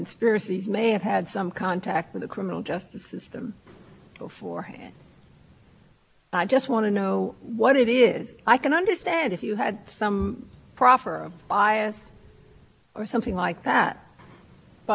some proffer bias or something like that but just the fact of a prior acquittal yes two years before by the same location the same offens